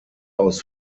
aus